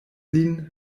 lin